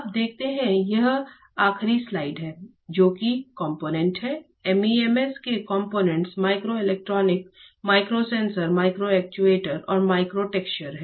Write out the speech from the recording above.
अब देखते हैं कि यह आखिरी स्लाइड है जो कि कंपोनेंट हैं MEMS के components microelectronic micro sensor micro actuator और माइक्रो स्ट्रक्चर हैं